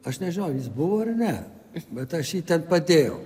aš nežinau jis buvo ar ne bet aš jį ten padėjau